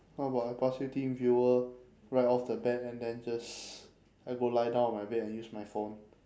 how about I pass you teamviewer right off the bat and then just I go lie down on my bed and use my phone